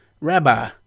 Rabbi